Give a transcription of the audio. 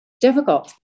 difficult